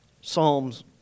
Psalms